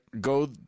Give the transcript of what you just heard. go